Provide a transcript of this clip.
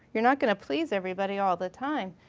you're not gonna please everybody all the time.